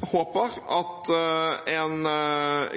håper at en